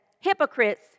hypocrites